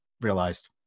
realized